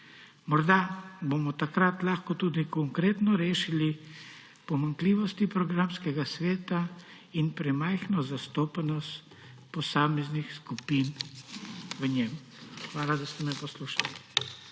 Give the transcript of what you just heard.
Morda bomo takrat lahko tudi konkretno rešili pomanjkljivosti programskega sveta in premajhno zastopanost posameznih skupin v njem. Hvala, da ste me poslušali.